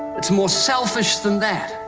it's more selfish than that.